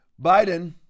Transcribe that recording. Biden